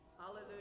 Hallelujah